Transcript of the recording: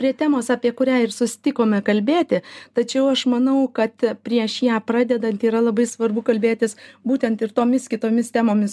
prie temos apie kurią ir susitikome kalbėti tačiau aš manau kad prieš ją pradedant yra labai svarbu kalbėtis būtent ir tomis kitomis temomis